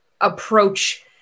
approach